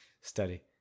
study